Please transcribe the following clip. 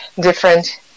different